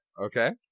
Okay